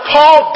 Paul